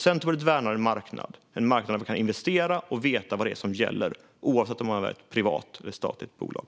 Centerpartiet värnar en marknad som kan investera och vet vad som gäller oavsett om det är fråga om ett privat eller statligt bolag.